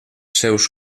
seus